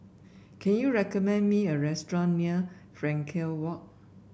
can you recommend me a restaurant near Frankel Walk